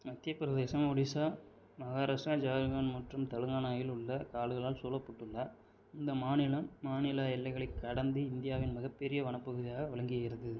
மத்திய பிரதேசம் ஒடிசா மகாராஷ்ட்ரா ஜார்க்கண்ட் மற்றும் தெலங்கானாவில் உள்ள காடுகளால் சூழப்பட்டுள்ள இந்த மாநிலம் மாநில எல்லைகளை கடந்து இந்தியாவின் மிகப்பெரிய வனப்பகுதியாக விளங்குகிறது